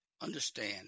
understand